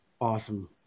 Awesome